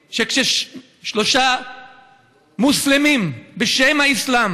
כששלושה מוסלמים יוצאים בשם האסלאם